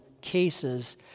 cases